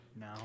no